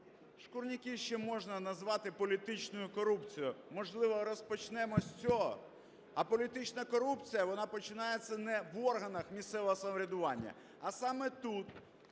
"Шкурняків" ще можна назвати політичною корупцією. Можливо, розпочнемо з цього? А політична корупція, вона починається не в органах місцевого самоврядування, а саме тут,